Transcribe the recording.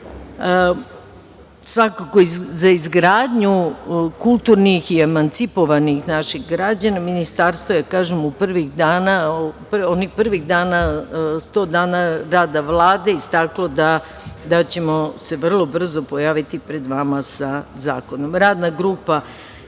svakako za izgradnju kulturnih i emancipovanih naših građana, Ministarstvo je onih prvih dana, 100 dana rada Vlade, istkalo da ćemo se vrlo brzo pojaviti pred vama sa zakonom. Radna grupa